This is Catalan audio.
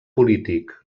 polític